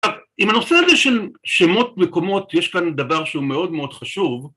עם הנושא הזה של שמות מקומות, יש כאן דבר שהוא מאוד מאוד חשוב,